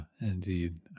indeed